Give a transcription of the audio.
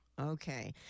okay